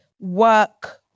work